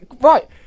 right